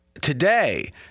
Today